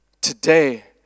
today